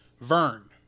Vern